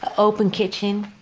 open kitchen.